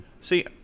See